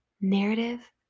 Narrative